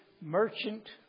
merchant